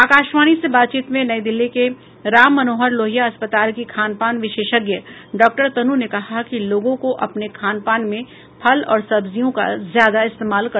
आकाशवाणी से बातचीत में नई दिल्ली के राममनोहर लोहिया अस्पताल की खानपान विशेषज्ञ डॉक्टर तनू ने कहा कि लोगों को अपने खानपान में फल और सब्जियों का ज्यादा इस्तेमाल करना चाहिए